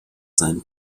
seinen